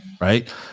right